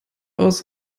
aus